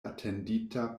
atendita